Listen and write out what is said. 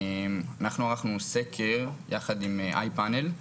אנחנו ערכנו סקר יחד עם "איי פאנל"